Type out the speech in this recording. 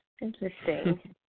Interesting